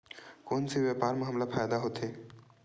कोन से व्यापार म हमला फ़ायदा होथे?